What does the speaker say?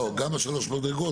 לא, גם השלוש מדרגות.